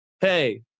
hey